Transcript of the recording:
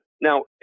Now